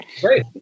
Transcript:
great